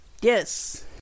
Yes